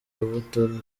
rubuto